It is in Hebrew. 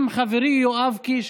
גם חברי יואב קיש,